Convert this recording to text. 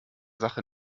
sache